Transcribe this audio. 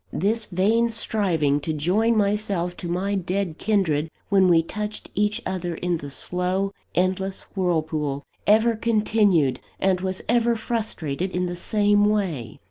this vain striving to join myself to my dead kindred when we touched each other in the slow, endless whirlpool, ever continued and was ever frustrated in the same way.